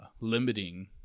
limiting